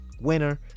winner